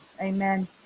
amen